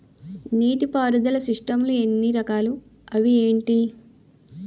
నీటిపారుదల సిస్టమ్ లు ఎన్ని రకాలు? అవి ఏంటి?